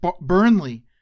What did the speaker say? Burnley